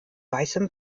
weißem